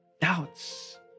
doubts